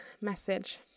message